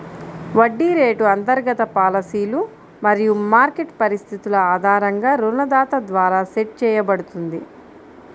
వడ్డీ రేటు అంతర్గత పాలసీలు మరియు మార్కెట్ పరిస్థితుల ఆధారంగా రుణదాత ద్వారా సెట్ చేయబడుతుంది